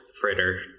Fritter